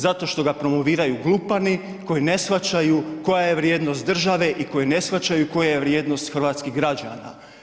Zato što ga promoviraju glupani koji ne shvaćaju koja je vrijednost države i koji ne shvaćaju koja je vrijednost hrvatskih građana.